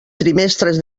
trimestres